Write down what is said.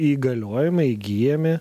įgaliojimai įgyjami